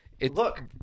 Look